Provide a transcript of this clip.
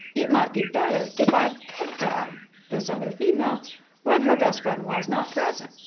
it might be better if i picked on this other female when her best friend was not present.